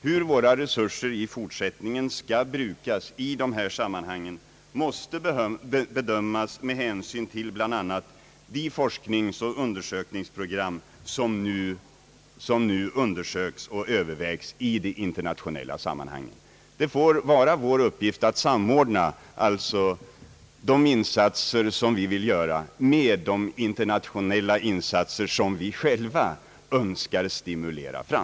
Hur våra resurser i fortsättningen skall brukas här måste bedömas med hänsyn till bl.a. de forskningsoch undersökningsprogram som nu prövas och övervägs i de internationella sammanhangen. Det får vara vår uppgift att samordna de insatser vi vill göra med de internationella insatser som vi själva önskar stimulera till.